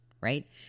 right